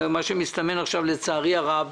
מסתמן עכשיו לצערי הרב